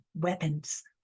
weapons